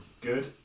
Good